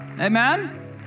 Amen